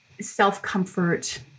self-comfort